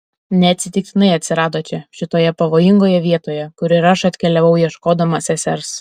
neatsitiktinai atsirado čia šitoje pavojingoje vietoje kur ir aš atkeliavau ieškodama sesers